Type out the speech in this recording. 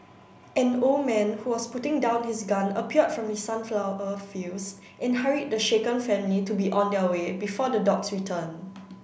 an old man who was putting down his gun appeared from the sunflower a fields and hurried the shaken family to be on their way before the dogs return